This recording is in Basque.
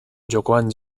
jokoan